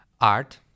art